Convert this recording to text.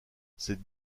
cette